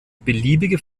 beliebige